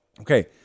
okay